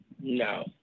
No